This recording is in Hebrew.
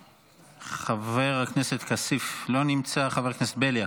חבר הכנסת כסיף, לא נמצא, חבר הכנסת בליאק.